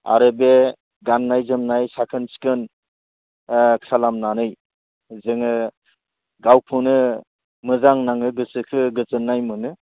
आरो बे गान्नाय जोमनाय साखोन सिखोन ओह खालामनानै जोङो गावखौनो मोजां नाङो गोसोखो गोजोन्नाय मोनो